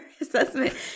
assessment